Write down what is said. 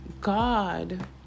God